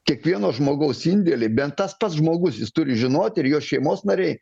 kiekvieno žmogaus indėlį bent tas pats žmogus jis turi žinoti ir jo šeimos nariai